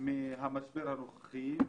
מהמשבר הנוכחי,